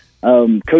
Coach